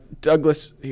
Douglas